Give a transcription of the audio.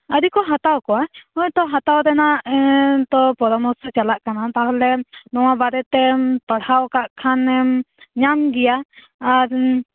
ᱟᱣᱨᱤ ᱠᱚ ᱦᱟᱛᱟᱣ ᱠᱚᱣᱟ ᱦᱳᱭᱛᱛᱚ ᱦᱟᱛᱷᱟᱣ ᱨᱮᱱᱟᱜ ᱮᱸᱻ ᱛᱚ ᱯᱚᱨᱟᱢᱚᱨᱥᱚ ᱪᱟᱞᱟᱜ ᱠᱟᱱᱟ ᱛᱟᱦᱚᱞᱮ ᱱᱚᱣᱟ ᱵᱟᱨᱮᱛᱮᱢ ᱯᱟᱲᱦᱟᱣᱟᱠᱟᱫ ᱠᱷᱟᱱᱮᱢ ᱧᱟᱢ ᱜᱮᱭᱟ ᱟᱨ ᱩᱸᱻ